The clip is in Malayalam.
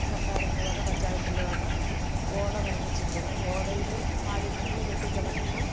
സര്ക്കാരിന്റെ വക പഞ്ചായത്തിന്റെ വക ഓട നിര്മ്മിച്ചിട്ടുണ്ട് ഓടയിൽ മാലിന്യങ്ങൾ കെട്ടികിടക്കുമ്പോൾ